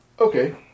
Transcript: Okay